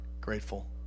grateful